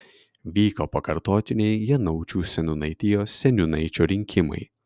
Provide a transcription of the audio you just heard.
vyko pakartotiniai janaučių seniūnaitijos seniūnaičio rinkimai